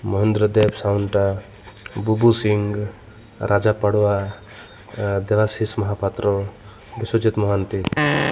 ମହେନ୍ଦ୍ର ଦେବ ସାହୁଣ୍ଟା ବୁବୁ ସିଂ ରାଜା ପାଡ଼ୁଆ ଦେବାଶିଷ ମହାପାତ୍ର ବିଶ୍ୱଜିତ ମହାନ୍ତି